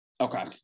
Okay